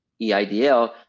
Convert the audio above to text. EIDL